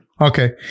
Okay